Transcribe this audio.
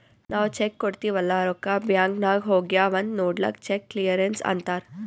ನಾವ್ ಚೆಕ್ ಕೊಡ್ತಿವ್ ಅಲ್ಲಾ ರೊಕ್ಕಾ ಬ್ಯಾಂಕ್ ನಾಗ್ ಹೋಗ್ಯಾವ್ ಅಂತ್ ನೊಡ್ಲಕ್ ಚೆಕ್ ಕ್ಲಿಯರೆನ್ಸ್ ಅಂತ್ತಾರ್